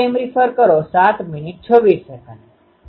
આ એરેની પેટર્ન છે અને એક એલીમેન્ટ જે તમે જુઓ છો તે દૂરનું ક્ષેત્ર છે